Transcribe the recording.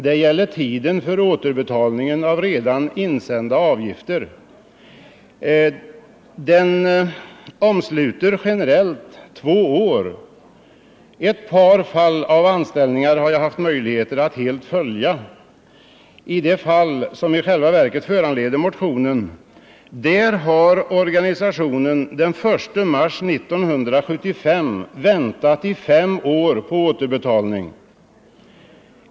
Det gäller tiden för återbetalning av redan insända avgifter. Den omsluter generellt två år. Ett par fall av anställningar har jag haft möjlighet att helt följa. I det fall som i själva verket föranledde motionen har organisationen den 1 mars 1975 väntat fem år på återbetalning.